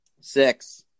Six